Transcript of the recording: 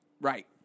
Right